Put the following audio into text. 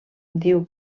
diu